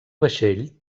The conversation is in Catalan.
vaixell